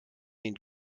den